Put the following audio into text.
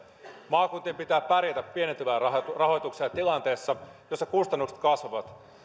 maakuntien pitää pärjätä pienentyvän rahoituksen tilanteessa jossa kustannukset kasvavat